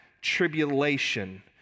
tribulation